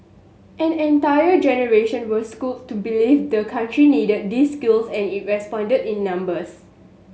an entire generation was schooled to believe the country needed these skills and it responded in numbers